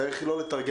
צריך לא לתרגם,